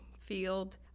field